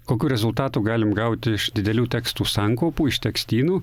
kokių rezultatų galim gauti iš didelių tekstų sankaupų iš tekstynų